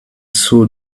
saw